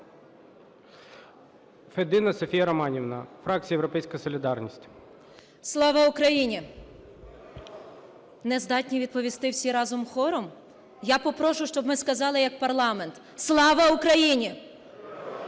Слава Україні! Не здатні відповісти всі разом хором? Я попрошу, щоб ми сказали як парламент. Слава Україні! ГОЛОСИ